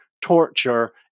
torture